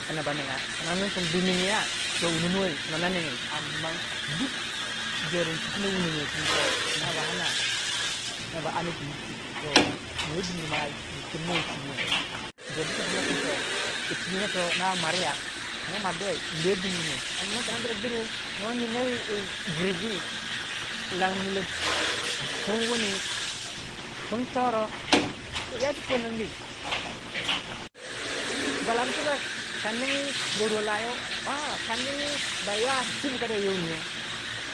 Binigi ya to wunonuwei ba ningi am man duk jorrin tu puna wunongoi kin toh no ba amda pwiyi chu ma chem no yi chu jor du puna somna jein toh po ba mwarya, no muardu wei to dimbir mo ko noh der grui nor nyi neru gir gi lan mila kun wuni, kun toro yati pu weii ningu gwalabu tibok kaning ba ruwo layau kaning ba yua twi yoh wondu yoh kaningi twi bukata yo yo wundu yow.